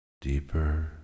Deeper